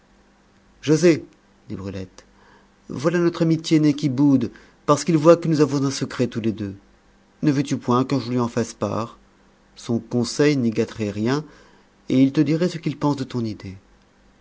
joset dit brulette voilà notre ami tiennet qui boude parce qu'il voit que nous avons un secret tous les deux ne veux-tu point que je lui en fasse part son conseil n'y gâterait rien et il te dirait ce qu'il pense de ton idée